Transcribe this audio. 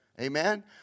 Amen